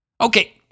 okay